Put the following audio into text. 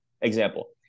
example